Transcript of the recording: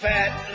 Fat